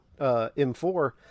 M4